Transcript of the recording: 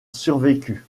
survécu